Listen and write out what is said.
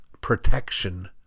protection